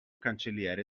cancelliere